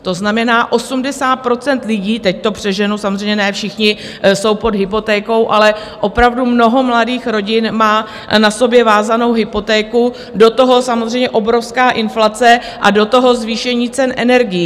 To znamená, 80 % lidí teď to přeženu, samozřejmě ne všichni jsou pod hypotékou, ale opravdu mnoho mladých rodin má na sobě vázanou hypotéku, do toho samozřejmě obrovská inflace a do toho zvýšení cen energií.